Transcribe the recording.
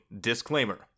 disclaimer